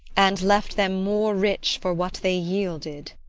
and left them more rich for what they yielded.